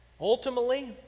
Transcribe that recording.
Ultimately